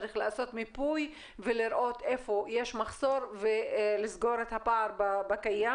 צריך לעשות מיפוי ולראות איפה יש מחסור ולסגור את הפער בקיים.